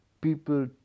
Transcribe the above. people